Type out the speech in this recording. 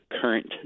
current